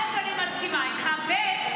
אני מסכימה איתך, ב.